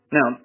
Now